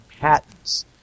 patents